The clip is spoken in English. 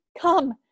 Come